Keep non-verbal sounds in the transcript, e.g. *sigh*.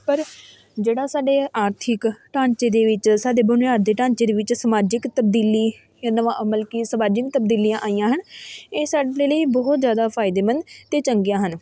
ਪਰ ਜਿਹੜਾ ਸਾਡੇ ਆਰਥਿਕ ਢਾਂਚੇ ਦੇ ਵਿੱਚ ਸਾਡੇ ਬੁਨਿਆਦੀ ਢਾਂਚੇ ਦੇ ਵਿੱਚ ਸਮਾਜਿਕ ਤਬਦੀਲੀ *unintelligible* ਮਲ ਕਿ ਸਮਾਜਿਕ ਤਬਦੀਲੀਆਂ ਆਈਆਂ ਹਨ ਇਹ ਸਾਡੇ ਲਈ ਬਹੁਤ ਜ਼ਿਆਦਾ ਫਾਇਦੇਮੰਦ ਅਤੇ ਚੰਗੀਆਂ ਹਨ